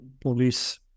Police